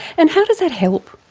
and how does that help,